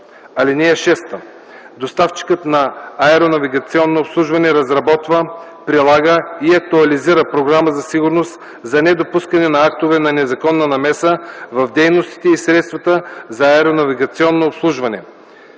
(6) Доставчикът на аеронавигационно обслужване разработва, прилага и актуализира програма за сигурност за недопускане на актове на незаконна намеса в дейностите и средствата за аеронавигационно обслужване.